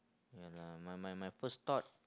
ya lah my my my first thought